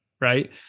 right